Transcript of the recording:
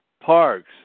Parks